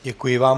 Děkuji vám.